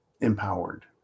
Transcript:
empowered